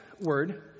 word